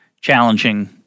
challenging